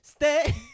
Stay